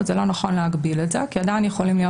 זה לא נכון להגביל את זה כי עדיין יכולים להיות